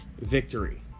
Victory